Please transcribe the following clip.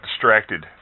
distracted